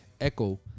echo